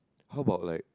how about like